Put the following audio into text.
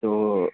تو